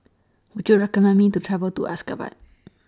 Would YOU recommend Me to travel to Ashgabat